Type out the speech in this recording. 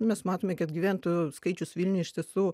mes matome kad gyventojų skaičius vilniuj iš tiesų